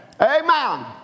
Amen